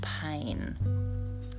pain